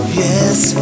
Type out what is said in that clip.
yes